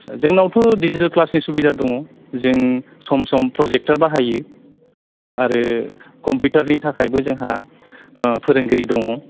जोंनावथ' दिजिथेल ख्लासनि सुबिदा दङ जों सम सम प्रजेक्तर बाहायो आरो कम्पिउटारनि थाखायबो जोंहा फोरोंगिरि दङ